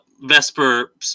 Vesper